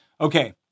Okay